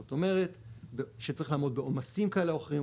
זאת אומרת שצריך לעמוד בעומסים כאלה ואחרים,